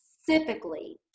specifically